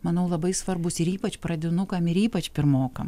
manau labai svarbus ir ypač pradinukam ir ypač pirmokam